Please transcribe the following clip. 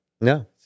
No